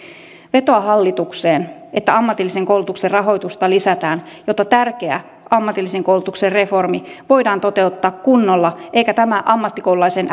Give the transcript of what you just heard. vetoan hallitukseen että ammatillisen koulutuksen rahoitusta lisätään jotta tärkeä ammatillisen koulutuksen reformi voidaan toteuttaa kunnolla eikä tämä ammattikoululaisen